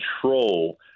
control